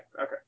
okay